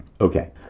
Okay